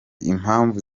impamvu